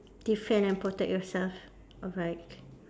defend and protect yourself alright